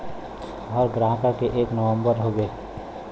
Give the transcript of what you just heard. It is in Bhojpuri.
हर ग्राहक के एक नम्बर हउवे